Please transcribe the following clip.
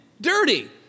dirty